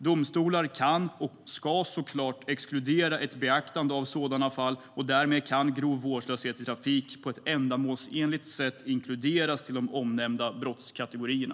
Domstolar kan och ska exkludera sådana fall, och därmed kan grov vårdslöshet i trafik på ett ändamålsenligt sätt inkluderas i de omnämnda brottskategorierna.